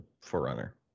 Forerunner